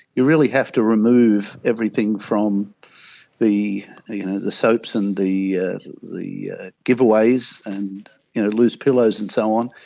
you really have to remove everything, from the you know the soaps and the the giveaways and loose pillows and so on,